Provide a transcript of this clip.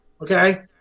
Okay